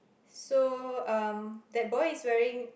so um that boy is wearing